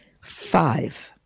Five